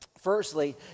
firstly